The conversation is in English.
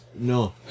No